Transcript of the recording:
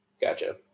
Gotcha